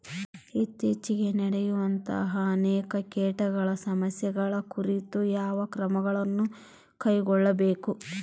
ಇತ್ತೇಚಿಗೆ ನಡೆಯುವಂತಹ ಅನೇಕ ಕೇಟಗಳ ಸಮಸ್ಯೆಗಳ ಕುರಿತು ಯಾವ ಕ್ರಮಗಳನ್ನು ಕೈಗೊಳ್ಳಬೇಕು?